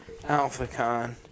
AlphaCon